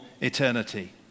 eternity